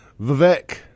Vivek